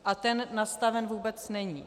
A ten nastaven vůbec není.